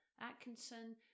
Atkinson